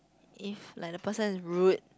if like the person is rude